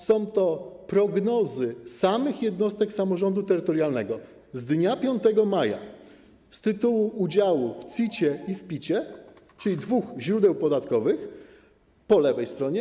Są to prognozy samych jednostek samorządu terytorialnego z dnia 5 maja z tytułu udziału w CIT i PIT, czyli dwóch źródeł podatkowych, po lewej stronie.